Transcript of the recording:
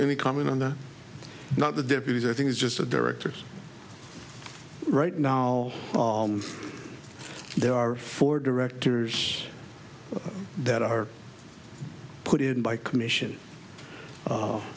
any comment on that not the deputies i think it's just the directors right now there are four directors that are put in by commission